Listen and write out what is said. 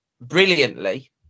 brilliantly